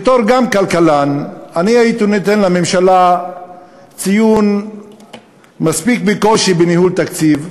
גם בתור כלכלן הייתי נותן לממשלה ציון "מספיק בקושי" בניהול תקציב,